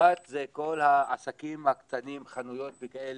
אחת זה כל העסקים הקטנים, חנויות וכאלה,